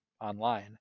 online